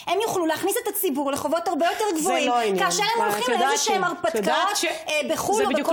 כי אנחנו יודעים שיש סבירות גבוהה מאוד שבבית המשפט הזה אתם